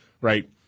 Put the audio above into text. right